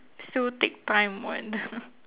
still take time [what]